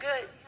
good